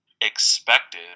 expected